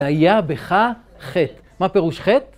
היה בך חטא. מה פירוש חטא?